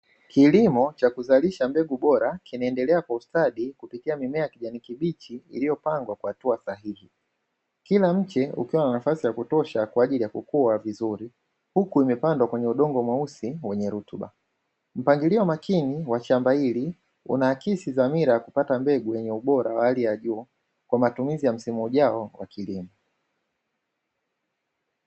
Kilimo cha kuzalisha mbegu bora kinaendelea kwa ustadi kupitia mimea ya kijani kibichi, iliyopangwa kwa hatua sahihi Kila mtu akiwa na nafasi ya kutosha, kwa ajili ya kukua vizuri huku imepandwa kwenye udongo mweusi, wenye rutuba mpangilio wa makini wa shamba hili unahakisi za mila kupata mbegu yenye ubora wa hali ya juu kwa matumizi ya msimu ujao wa kilimo.